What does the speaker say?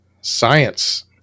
science